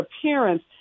appearance